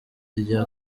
irya